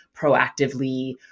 proactively